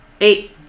Eight